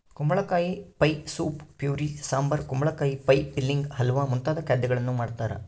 ಕುಂಬಳಕಾಯಿ pie soup puree sambar ಕುಂಬಳಕಾಯಿ pie filling halwa ಮುಂತಾದ ಖಾದ್ಯಗಳನ್ನು ಮಾಡ್ತಾರ